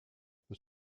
peut